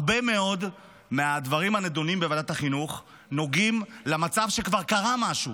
הרבה מאוד מהדברים הנדונים בוועדת החינוך נוגעים למצב שכבר קרה משהו,